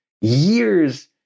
years